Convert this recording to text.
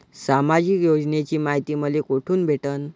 सामाजिक योजनेची मायती मले कोठून भेटनं?